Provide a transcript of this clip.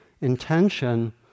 intention